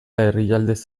herrialdez